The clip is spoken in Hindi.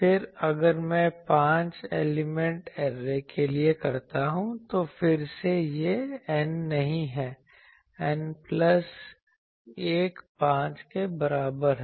फिर अगर मैं पांच एलिमेंट ऐरे के लिए करता हूं तो फिर से यह N नहीं है N प्लस 1 5 के बराबर है